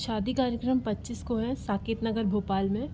शादी कार्यक्रम पच्चीस को है साकेत नगर भोपाल में